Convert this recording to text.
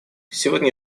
сегодня